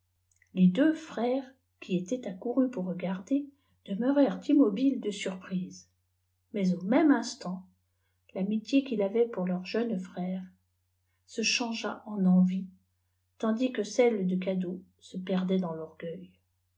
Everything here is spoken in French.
les deux frères cui étaient accourus pour regarder demeurèrent immobiles de surprise mais au même instant tamitié qu'il avaient pour leur jeune frère se changea en envie tandis que celle de kado se perdait dans torgueil